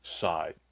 side